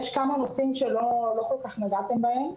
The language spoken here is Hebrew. יש כמה נושאים שלא כל כך נגעתם בהם,